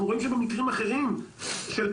אנחנו רואים שבמקרים אחרים של הטרדות,